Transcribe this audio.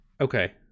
Okay